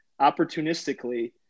opportunistically